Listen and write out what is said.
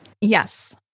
Yes